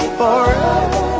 forever